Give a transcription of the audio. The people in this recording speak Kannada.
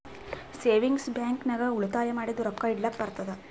ಸೇವಿಂಗ್ಸ್ ಬ್ಯಾಂಕ್ ನಾಗ್ ನಾವ್ ಉಳಿತಾಯ ಮಾಡಿದು ರೊಕ್ಕಾ ಇಡ್ಲಕ್ ಬರ್ತುದ್